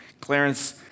Clarence